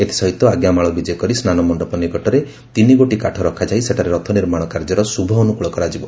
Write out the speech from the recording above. ଏଥସହିତ ଆଙ୍କାମାଳ ବିଜେ କରି ସ୍ନାନମଣ୍ଡପ ନିକଟରେ ତିନିଗୋଟି କାଠ ରଖାଯାଇ ସେଠାରେ ରଥ ନିର୍ମାଣ କାର୍ଯ୍ୟର ଶୁଭ ଅନୁକୁଳ କରାଯିବ